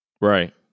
Right